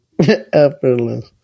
Effortless